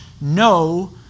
no